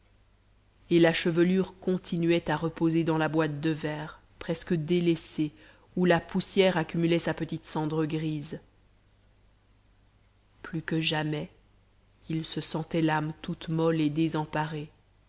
et la chevelure continuait à reposer dans la boîte de verre presque délaissée où la poussière accumulait sa petite cendre grise plus que jamais il se sentait l'âme toute molle et désemparée